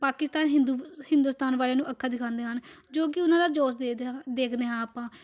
ਪਾਕਿਸਤਾਨ ਹਿੰਦੂ ਹਿੰਦੁਸਤਾਨ ਵਾਲਿਆਂ ਨੂੰ ਅੱਖਾਂ ਦਿਖਾਉਂਦੇ ਹਨ ਜੋ ਕਿ ਉਹਨਾਂ ਦਾ ਜੋਸ਼ ਦੇਖਦੇ ਹਾਂ ਦੇਖਦੇ ਹਾਂ ਆਪਾਂ